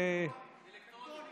חבר הכנסת אלי